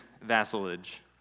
vassalage